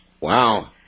Wow